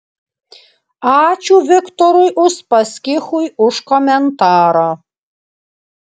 ačiū viktorui uspaskichui už komentarą